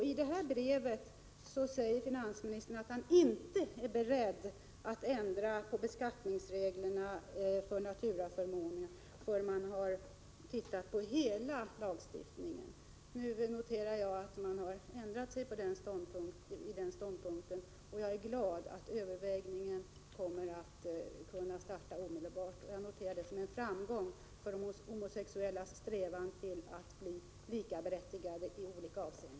I det brevet säger finansministern att han inte är beredd att ändra på beskattningsreglerna för naturaförmåner, innan departementet har sett över hela lagstiftningen. Nu noterar jag att finansministern har ändrat sig på den punkten, och jag är glad att översynsarbetet kan påbörjas omedelbart. Jag tar detta som en framgång för de homosexuellas strävan att bli likaberättigade i olika avseenden.